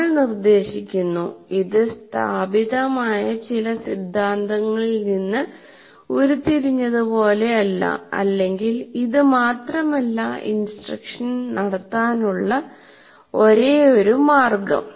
നമ്മൾ നിർദ്ദേശിക്കുന്നു ഇത് സ്ഥാപിതമായ ചില സിദ്ധാന്തങ്ങളിൽ നിന്ന് ഉരുത്തിരിഞ്ഞതുപോലെയല്ല അല്ലെങ്കിൽ ഇത് മാത്രമല്ല ഇൻസ്ട്രകഷൻ നടത്താനുള്ള ഒരേയൊരു മാർഗം